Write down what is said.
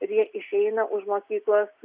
ir jie išeina už mokyklos